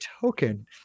token